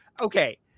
okay